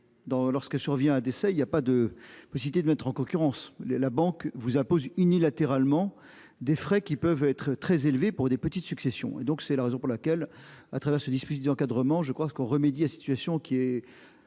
lorsque survient un décès, il y a pas de me citer de mettre en concurrence les la banque vous imposer unilatéralement des frais qui peuvent être très élevé pour des petites successions et donc c'est la raison pour laquelle à travers ce dispositif d'encadrement je crois ce qu'on remédie à situation qui est